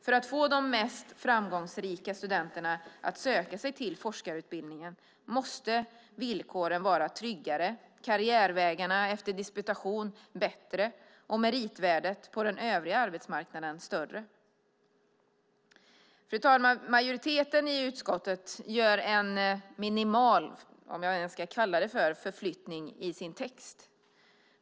För att få de mest framgångsrika studenterna att söka sig till forskarutbildningen måste villkoren vara tryggare, karriärvägarna efter disputation bättre och meritvärdet på den övriga arbetsmarknaden högre. Fru talman! Majoriteten i utskottet gör en minimal förflyttning - om jag ens kan kalla det så - i sin text.